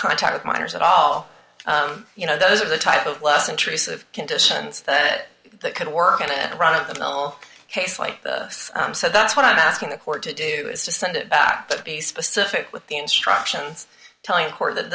contact with minors at all you know those are the type of less intrusive conditions that it could work in the run of the mill case like this so that's what i'm asking the court to do is to send it back to be specific with the instructions telling the court that